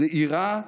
זעירה,